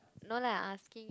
no lah I'm asking you